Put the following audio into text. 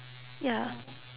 ya